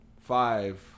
five